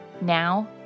Now